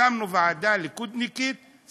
הקמנו ועדה ליכודניקית,